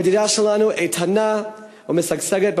המדינה שלנו איתנה ומשגשגת,